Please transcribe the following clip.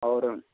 और